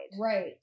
right